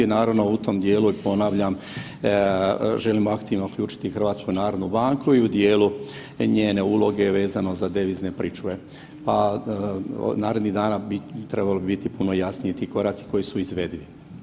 Naravno u tom dijelu i ponavljam želimo aktivno uključiti HNB i u dijelu njene uloge vezano za devizne pričuve, pa bi narednih dana trebalo biti puno jasnije ti koraci koji su izvedivi.